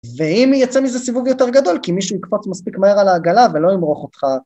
ואם יצא מזה סיבוב יותר גדול כי מישהו יקפוץ מספיק מהר על העגלה ולא ימרח אותך